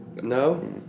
no